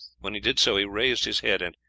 when he did so he raised his head and,